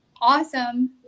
awesome